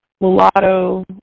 mulatto